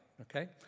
Okay